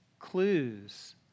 clues